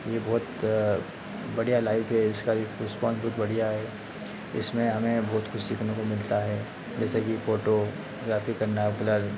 यह बहुत बढ़ियाँ लाइफ़ है इसका भी रेस्पान्स भी बढ़ियाँ है इसमें हमें बहुत कुछ सीखने को मिलता है जैसे कि फ़ोटोग्राफी करना है ब्लर